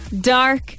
dark